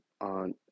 on